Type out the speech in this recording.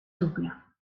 double